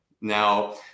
Now